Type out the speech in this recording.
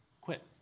quit